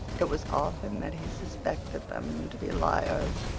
it was often that he suspected them to be liars.